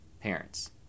parents